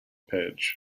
page